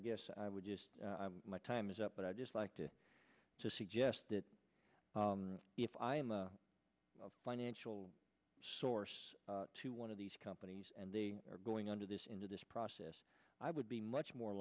guess i would use my time is up but i'd just like to suggest that if i in the financial source to one of these companies and they are going under this into this process i would be much more